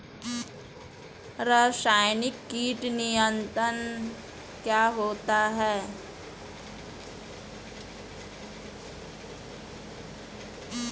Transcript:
रसायनिक कीट नियंत्रण क्या होता है?